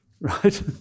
right